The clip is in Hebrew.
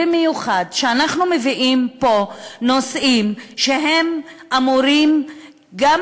במיוחד כשאנחנו מביאים פה נושאים שאמורים גם